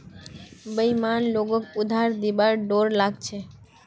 बेईमान लोगक उधार दिबार डोर लाग छ